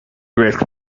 rick